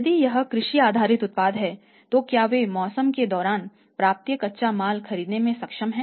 यदि यह कृषि आधारित उत्पाद है तो क्या वे मौसम के दौरान पर्याप्त कच्चा माल खरीदने में सक्षम हैं